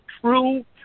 true